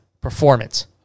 performance